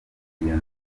iyo